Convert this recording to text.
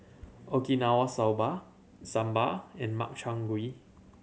Okinawa Soba Sambar and Makchang Gui